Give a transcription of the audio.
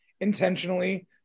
intentionally